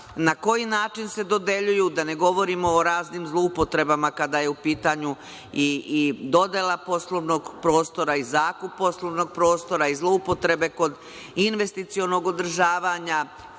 na koji način se dodeljuju, da li govorimo o raznim zloupotrebama kada je u pitanju i dodela poslovnog prostora i zakupa poslovnog prostora i zloupotrebe kod investicionog održavanja,